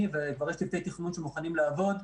וכבר יש צוותי תכנון שמוכנים לעבוד,